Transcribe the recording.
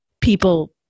people